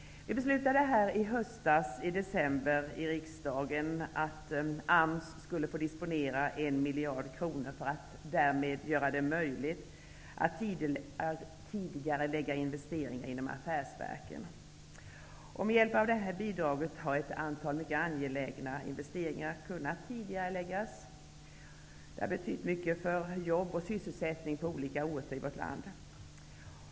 Vi beslutade här i riksdagen i december att AMS skulle få disponera 1 miljard kronor för att därmed göra det möjligt att tidigarelägga investeringar inom affärsverken. Med hjälp av det här bidraget har ett antal mycket angelägna investeringar kunnat tidigareläggas. Det har betytt mycket för sysselsättningen på olika orter i vårt land.